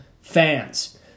fans